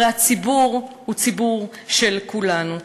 הרי הציבור הוא ציבור של כולנו.